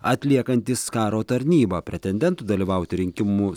atliekantys karo tarnybą pretendentų dalyvauti rinkimų